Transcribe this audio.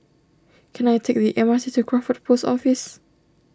can I take the M R T to Crawford Post Office